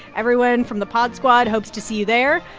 everyone from the pod squad hopes to see you there.